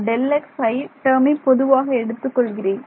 ejkΔxi டேர்மை பொதுவாக எடுத்துக் கொள்கிறேன்